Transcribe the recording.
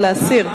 או להסיר.